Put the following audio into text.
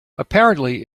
apparently